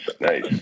Nice